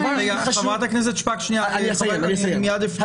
חברת הכנסת שפק, שנייה, מיד אפנה אלייך.